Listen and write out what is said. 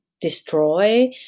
destroy